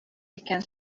икән